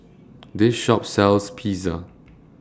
This Shop sells Pizza